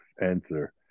answer